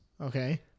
Okay